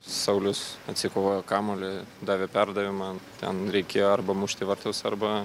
saulius atsikovojo kamuolį davė perdavimą ten reikėjo arba mušt į vartus arba